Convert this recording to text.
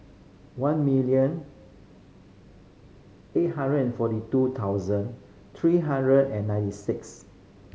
one million eight hundred and forty two thousand three hundred and ninety six